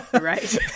Right